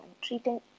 treating